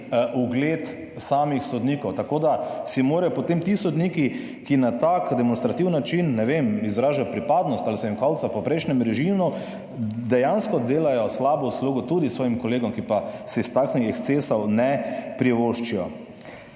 ugled samih sodnikov. Tako da potem ti sodniki, ki na tak demonstrativen način, ne vem, izražajo pripadnost ali se jim kolca po prejšnjem režimu, dejansko delajo slabo uslugo tudi svojim kolegom, ki pa si takšnih ekscesov ne privoščijo.